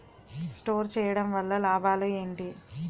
Store చేయడం వల్ల లాభాలు ఏంటి?